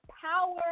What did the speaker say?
power